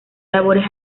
labores